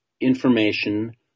information